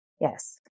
Yes